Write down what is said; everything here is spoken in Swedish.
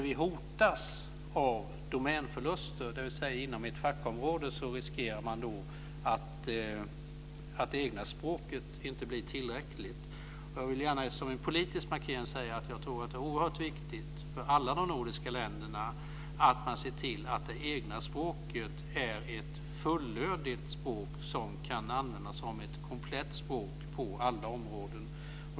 Vi hotas av domänförluster, dvs. man riskerar att det egna språket inte blir tillräckligt inom ett fackområde. Som en politisk markering vill jag gärna säga att jag tror att det är oerhört viktigt för alla de nordiska länderna att man ser till att det egna språket är ett fullödigt språk som kan användas som ett komplett språk på alla områden.